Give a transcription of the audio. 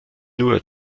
nur